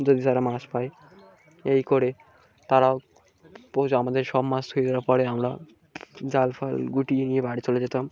যদি তারা মাছ পাই এই করে তারাও পো আমাদের সব মাছ ছেড়ে দেওয়ার পরে আমরা জাল ফাল গুটিয়ে নিয়ে বাড়ি চলে যেতাম